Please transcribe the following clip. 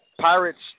Pirates